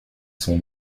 sont